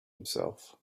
himself